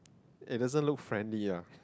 it doesn't look friendly ah